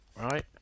right